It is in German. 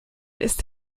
ist